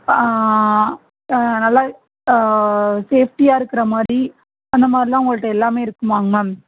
நல்லா சேஃப்ட்டியாக இருக்கிற மாதிரி அந்தமாதிரிலாம் உங்கள்ட்ட எல்லாமே இருக்குமாங்க மேம்